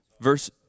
Verse